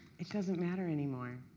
it doesn't matter anymore.